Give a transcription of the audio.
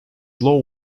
slow